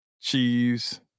cheese